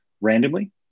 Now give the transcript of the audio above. randomly